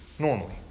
Normally